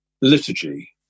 liturgy